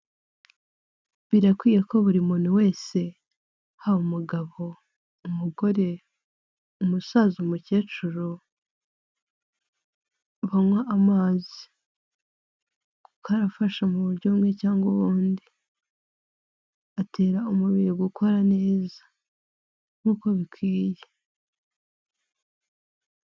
Birakwiye ko buri muntu wese haba umugabo, umugore, umusaza, umukecuru, banywa amazi kuko arafasha mu buryo bumwe cyangwa ubundi atera umubiri gukora neza nkuko bikwiriye.